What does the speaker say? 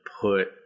put